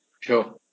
Sure